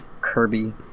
kirby